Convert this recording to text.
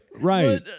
right